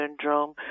syndrome